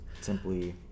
simply